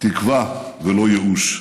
תקווה ולא ייאוש.